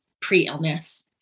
pre-illness